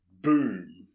boom